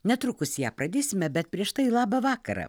netrukus ją pradėsime bet prieš tai labą vakarą